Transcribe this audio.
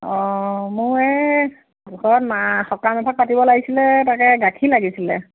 অঁ মই ঘৰত মা সকাম এখন পাতিব লাগিছিলে তাকে গাখীৰ লাগিছিলে